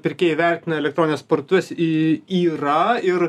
pirkėjai vertina elektronines partuves į yra ir